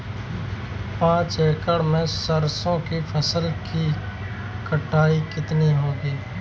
पांच एकड़ में सरसों की फसल की कटाई कितनी होगी?